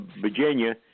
Virginia